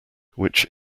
which